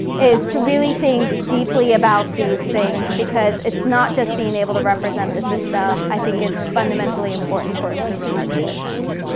is to really think deeply about these things because it's not just being able to represent the system. i think it's fundamentally important for improving our decisions.